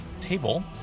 table